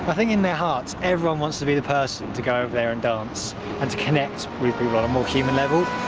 i think in their hearts, everyone wants to be the person to go over there and dance, and to connect with people on a more human level.